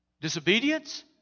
Disobedience